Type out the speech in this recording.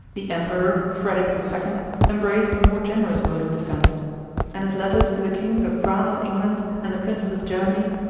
the emperor frederic the second embraced a more generous mode of defence and his letters to the kings of france and england, and the princes of germany,